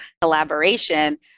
collaboration